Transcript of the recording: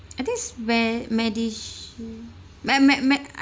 I think is me~ medishi~ me~ me~ medishield